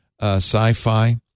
sci-fi